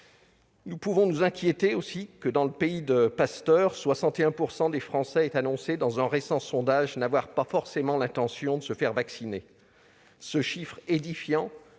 Nous pouvons nous inquiéter que, au pays de Pasteur, 61 % des citoyens aient annoncé, dans un récent sondage, n'avoir pas forcément l'intention de se faire vacciner. Ce chiffre édifiant